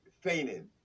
fainted